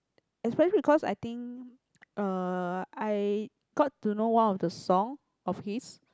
especially because I think uh I got to know one of the song of his